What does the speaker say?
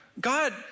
God